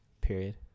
Period